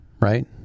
right